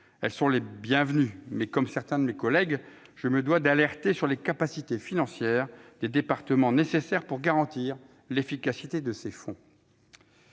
Elles sont les bienvenues, mais, comme certains de mes collègues, je me dois d'alerter quant aux capacités financières dont devront disposer les départements pour garantir l'efficacité de ces fonds.